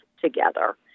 together